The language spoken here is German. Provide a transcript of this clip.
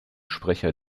sprecher